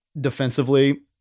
defensively